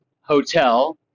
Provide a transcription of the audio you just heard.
hotel